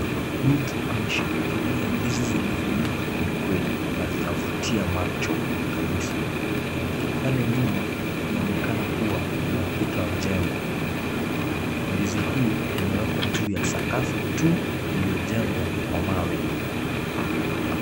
Mtu ameshikilia ndizi zilizoiva kwelikweli na zinavutia macho kabisa. Pale nyuma kunaonekana kuwa kuna ukuta wa jengo, ndizi hii imewekwa juu ya sakafu tu iliyojengwa kwa mawe.